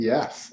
Yes